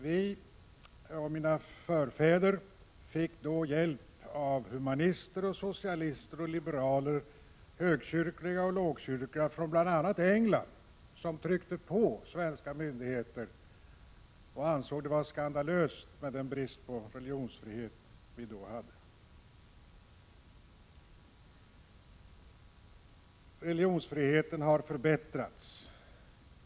Vi— mina förfäder — fick då hjälp av humanister, socialister och liberaler, högkyrkliga och lågkyrkliga från bl.a. England som tryckte på svenska myndigheter och ansåg att det var skandalöst med den brist på religionsfrihet vi då hade. Religionsfriheten har förbättrats.